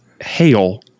hail